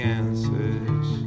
answers